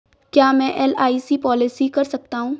क्या मैं LIC policy कर सकता हूं?